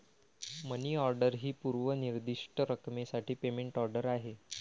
मनी order ही पूर्व निर्दिष्ट रकमेसाठी पेमेंट ऑर्डर आहे